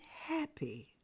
happy